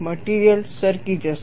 material સરકી જશે